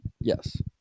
Yes